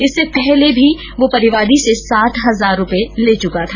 इससे पहले वो परिवादी से सात हजार रुपये ले चुका था